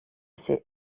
ses